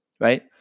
right